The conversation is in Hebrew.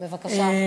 בבקשה.